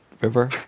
river